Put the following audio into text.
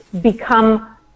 become